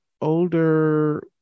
older